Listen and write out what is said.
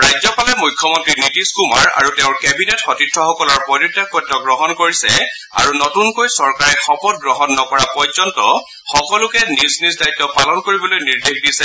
ৰাজ্যপালে মুখ্যমন্তী নীতিশ কুমাৰ আৰু তেওঁৰ কেবিনেট সতীৰ্থসকলৰ পদত্যাগ পত্ৰ গ্ৰহণ কৰিছে আৰু নতুনকৈ চৰকাৰে শপত গ্ৰহণ নকৰা পৰ্যন্ত সকলোকে নিজ নিজ দায়িত্ব পালন কৰিবলৈ নিৰ্দেশ দিছে